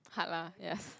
hard lah yes